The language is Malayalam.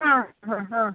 ആ ആ ആ